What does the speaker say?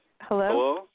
Hello